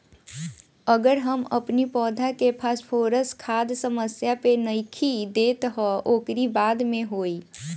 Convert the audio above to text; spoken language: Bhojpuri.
अगर हम अपनी पौधा के फास्फोरस खाद समय पे नइखी देत तअ ओकरी बाद का होई